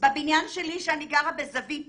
בבניין שלי, שאני גרה בזווית